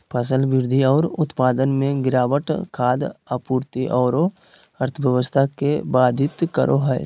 फसल वृद्धि और उत्पादन में गिरावट खाद्य आपूर्ति औरो अर्थव्यवस्था के बाधित करो हइ